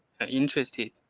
interested